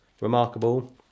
remarkable